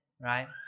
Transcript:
right